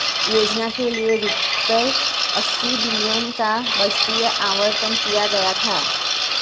योजना के लिए रूपए अस्सी बिलियन का बजटीय आवंटन किया गया था